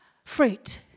Fruit